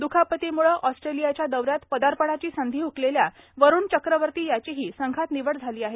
द्खापतीम्ळे ऑस्ट्रेलियाच्या दौऱ्यात पदार्पणाची संधी हकलेल्या वरुण चक्रवर्ती याचीही संघात निवड झाली आहे